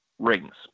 rings